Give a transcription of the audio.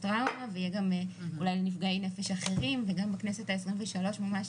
טראומה ואולי יהיה גם לנפגעי נפש אחרים וגם בכנסת ה-23 ממש